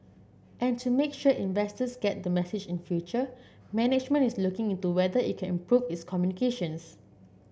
and to make sure investors get the message in future management is looking into whether it can improve its communications